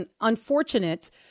unfortunate